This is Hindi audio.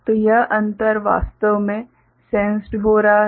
तो यह अंतर वास्तव में सेंस्ड हो रहा है